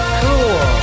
cool